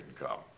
income